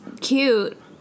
cute